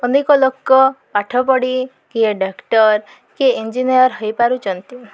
ଅନେକ ଲୋକ ପାଠ ପଢ଼ି କିଏ ଡାକ୍ଟର କିଏ ଇଞ୍ଜିନିୟର ହେଇପାରୁଛନ୍ତି